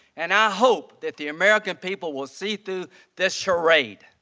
and i hope that the american people will see through this charade.